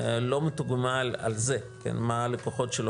הוא לא מתוגמל על זה מה הלקוחות שלו